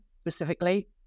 specifically